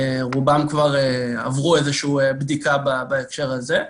רובם כבר עברו איזושהי בדיקה בהקשר הזה.